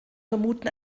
vermuten